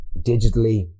digitally